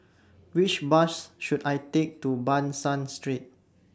Which Bus should I Take to Ban San Street